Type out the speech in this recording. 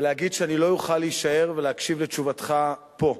ולהגיד שאני לא אוכל להישאר ולהקשיב לתשובתך פה,